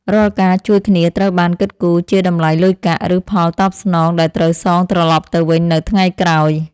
រាល់ការជួយគ្នាត្រូវបានគិតគូរជាតម្លៃលុយកាក់ ឬផលតបស្នងដែលត្រូវសងត្រលប់ទៅវិញនៅថ្ងៃក្រោយ។